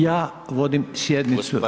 Ja vodim sjednicu…